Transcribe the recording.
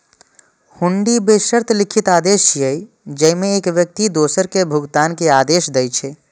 हुंडी बेशर्त लिखित आदेश छियै, जेइमे एक व्यक्ति दोसर कें भुगतान के आदेश दै छै